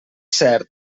cert